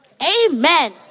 amen